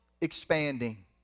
expanding